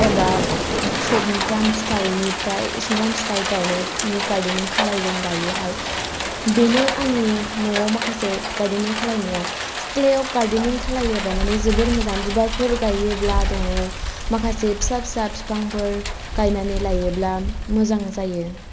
एबा समफ्राम फिथाइ निफ्राय समफ्राम फिथाइ गायनायनि गार्देनिं खालायदों दायोहाय बेनो आंनि न'वाव माखासे गार्देनिं खालायनाया सिथ्लायाव गार्देनिं खालायोबा माने जोबोर मोजां बिबारफोर गायोब्ला नोङो माखासे फिसा फिसा फिफांफोर गायनानै लायोब्ला मोजां जायो